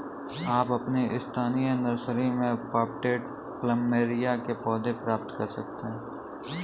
आप अपनी स्थानीय नर्सरी में पॉटेड प्लमेरिया के पौधे प्राप्त कर सकते है